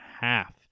half